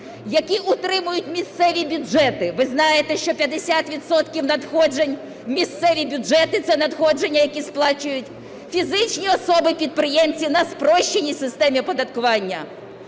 які утримують місцеві бюджети. Ви знаєте, що 50 відсотків надходжень у місцеві бюджети – це надходження, які сплачують фізичні особи – підприємці на спрощеній системі оподаткування.